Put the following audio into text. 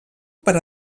per